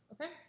okay